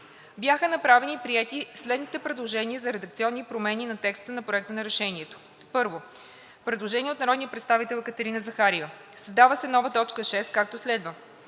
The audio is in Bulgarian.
Бяха направени и приети следните предложения за редакционни промени на текста на Проекта на решение: - Предложение на народния представител Екатерина Захариева: Създава се нова точка 6, както следва: